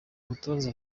mutoza